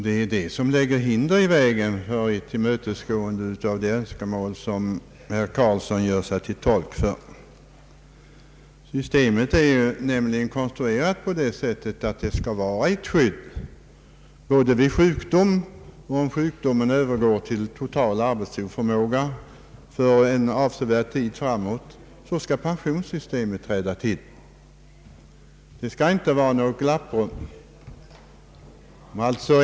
Det är detta som lägger hinder i vägen för tillmötesgående av ett önskemål av det slag som herr Eric Carlsson gör sig till tolk för. Systemet är nämligen konstruerat så att det skall utgöra ett skydd vid sjukdom; om sjukdomen leder till total arbetsoförmåga för en avsevärd tid skall pensionssystemet träda till. Det skall inte finnas något glapprum där.